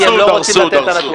דרסו, דרסו.